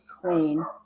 clean